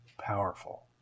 powerful